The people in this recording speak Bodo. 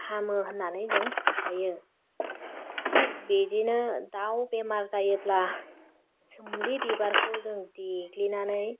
हामो होननानै जों फोथायो थिग बिदिनो दाव बेमार जायोब्ला सोमलि बिबारखौ जों देग्लिनानै